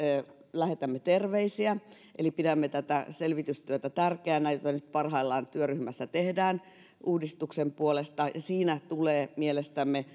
lähetämme terveisiä eli pidämme tärkeänä tätä selvitystyötä jota nyt parhaillaan työryhmässä tehdään uudistuksen puolesta siinä tulee mielestämme